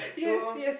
yes yes